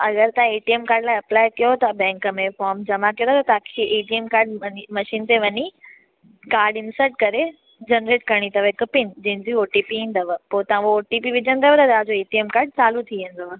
अगरि तव्हां A T M card लाइ अप्लाए कयो था बैंक में फॉम जमा करायो तव्हांखे A T M card money machine ते वञी काड इन्सट करे जनरेट करिणी अथव हिक पिन जंहिंजी ओ टी पी ईंदव पोइ तव्हां हूअ ओ टी पी विझंदव त तव्हांजो ए टी एम कार्ड चालू थी वेंदव